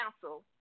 Council